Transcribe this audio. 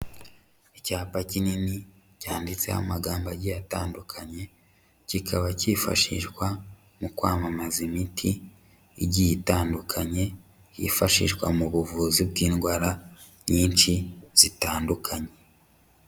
Icyapa kinini cyanditseho amagambo agiye atandukanye kikaba cyifashishwa mu kwamamaza imiti igiye itandukanye yifashishwa mu buvuzi bw'indwara nyinshi zitandukanye.